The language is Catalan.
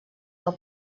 del